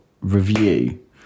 review